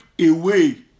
away